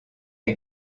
est